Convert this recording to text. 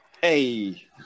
Hey